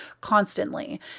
constantly